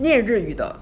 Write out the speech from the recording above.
会日语的